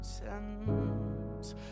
pretend